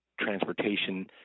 transportation